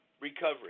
recovery